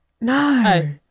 No